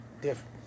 Different